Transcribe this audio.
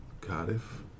Cardiff